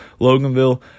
Loganville